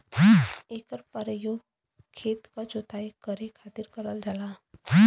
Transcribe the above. एकर परयोग खेत क जोताई करे खातिर करल जाला